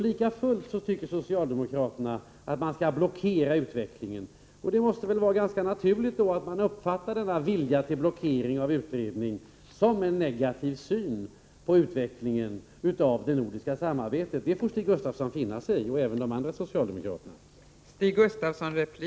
Likafullt tycker socialdemokraterna att man skall blockera utvecklingen, och det måste väl då vara ganska naturligt att man uppfattar denna vilja till blockering av utredning som utslag av en negativ syn på utvecklingen av det nordiska samarbetet. Det får Stig Gustafsson och även de andra socialdemokraterna finna sig i.